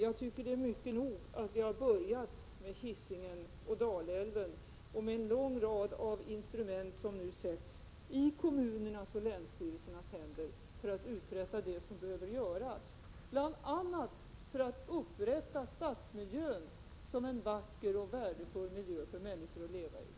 Jag tycker att det är mycket nog att vi har börjat med Hisingen och Dalälven, och med en lång rad av instrument som nu sätts i kommunernas och länsstyrelsernas händer för att man skall kunna uträtta det som behöver göras, bl.a. för att upprätta stadsmiljön som en vacker och värdefull miljö för människor att leva i.